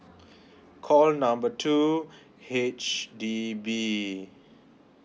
call number two H_D_B